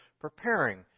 preparing